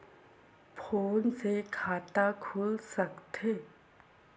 Phone से खाता खुल सकथे?